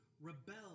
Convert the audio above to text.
Rebel